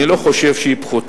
אני לא חושב שזה פחות